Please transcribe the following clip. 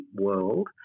world